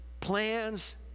plans